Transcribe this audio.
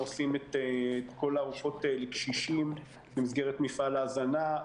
אנחנו עושים את כל הארוחות לקשישים במסגרת מפעל ההזנה.